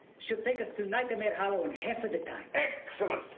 she'll take us to nightmare hollow in half of the time. excellent!